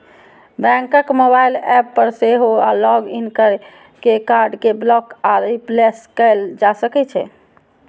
बैंकक mobile app पर सेहो लॉग इन कैर के कार्ड कें ब्लॉक आ रिप्लेस कैल जा सकै छै